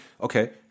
okay